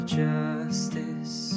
justice